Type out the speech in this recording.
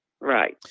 right